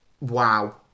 Wow